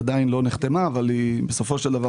היא עדיין לא נחתמה אבל בסופו של דבר